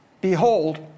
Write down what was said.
Behold